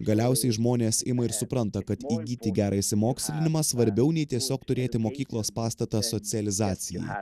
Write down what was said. galiausiai žmonės ima ir supranta kad ugdyti gerą išsimokslinimą svarbiau nei tiesiog turėti mokyklos pastatą socializacijai